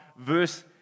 verse